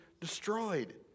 destroyed